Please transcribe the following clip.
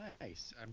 nice